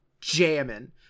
jamming